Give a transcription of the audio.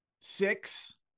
six